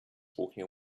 walking